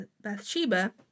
Bathsheba